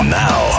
now